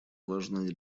важной